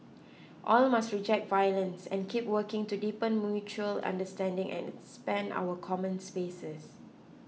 all must reject violence and keep working to deepen mutual understanding and expand our common spaces